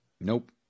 Nope